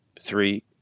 three